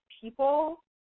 people